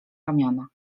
ramiona